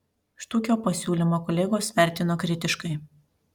štuikio pasiūlymą kolegos vertino kritiškai